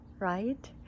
Right